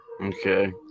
Okay